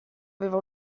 aveva